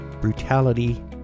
brutality